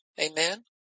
Amen